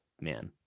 man